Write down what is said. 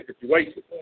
situation